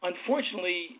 Unfortunately